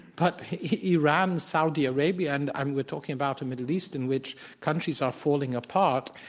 but iran-saudi arabia, and and we're talking about a middle east in which countries are falling apart,